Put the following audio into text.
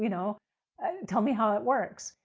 you know tell me how it works.